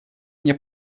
мне